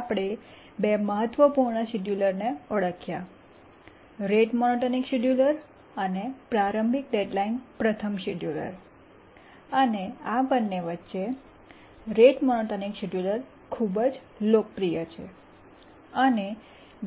આપણે બે મહત્વપૂર્ણ શેડ્યુલરને ઓળખ્યા રેટ મોનોટોનિક શિડ્યુલર અને પ્રારંભિક ડેડ્લાઇન પ્રથમ શિડ્યુલર અને આ બંને વચ્ચેરેટ મોનોટોનિક શિડ્યુલર ખૂબ જ લોકપ્રિય છે અને